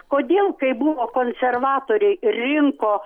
kodėl kai buvo konservatoriai rinko